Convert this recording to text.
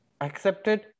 accepted